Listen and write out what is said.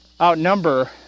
outnumber